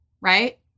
right